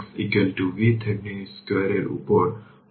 problem খুবই সহজ কিন্তু শুধুমাত্র iL1 এবং iL2 এর জন্য কেন সাইন